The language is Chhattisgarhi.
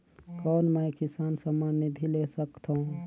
कौन मै किसान सम्मान निधि ले सकथौं?